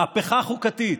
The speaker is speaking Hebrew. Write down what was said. מהפכה חוקתית.